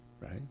right